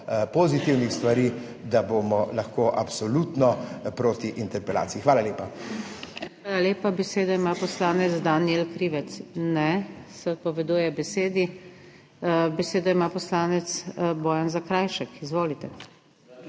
pozitivnih stvari, da bomo lahko absolutno proti interpelaciji. Hvala lepa. **PODPREDSEDNICA NATAŠA SUKIČ:** Hvala lepa, besedo ima poslanec Danijel Krivec. Ne, se odpoveduje besedi. Besedo ima poslanec Bojan Zakrajšek. Izvolite.